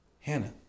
Hannah